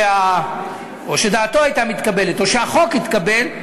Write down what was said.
או שדעתו הייתה מתקבלת, או שהחוק היה מתקבל,